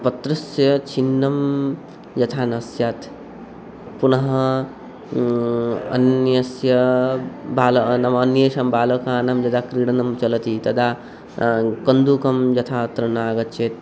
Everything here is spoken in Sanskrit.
पत्रस्य छिन्नं यथा न स्यात् पुनः अन्यस्य बालः नाम अन्येषां बालकानां यदा क्रीडनं चलति तदा कन्दुकं यथा अत्र न आगच्छेत्